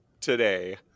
today